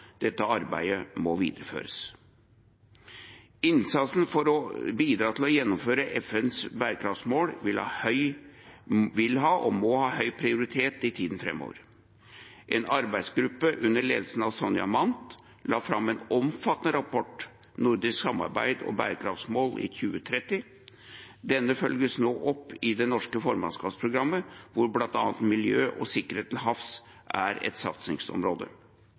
Dette arbeidet må videreføres. Innsatsen for å bidra til å gjennomføre FNs bærekraftsmål vil ha – og må ha – høy prioritet i tiden framover. En arbeidsgruppe under ledelse av Sonja Mandt la fram en omfattende rapport: Nordisk samarbeid og bærekraftsmålene i 2030. Denne følges nå opp i det norske formannskapsprogrammet, hvor bl.a. miljø og sikkerhet til havs er et satsingsområde.